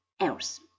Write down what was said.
else